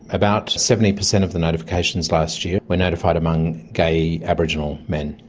about seventy percent of the notifications last year were notified among gay aboriginal men.